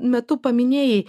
metu paminėjai